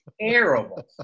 terrible